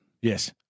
Yes